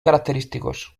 característicos